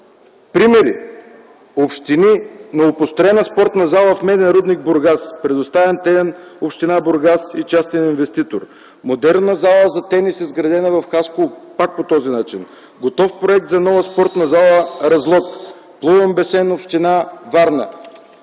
Примери: новопостроена спортна зала в „Меден рудник” в Бургас, предоставен терен община Бургас и частен инвеститор; модерна зала за тенис, изградена в Хасково, пак по този начин; готов проект за нова спортна зала – Разлог; плувен басейн – община Варна.